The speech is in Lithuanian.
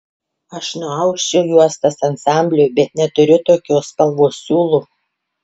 aš nuausčiau juostas ansambliui bet neturiu tokios spalvos siūlų